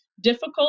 difficult